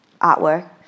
artwork